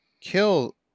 kill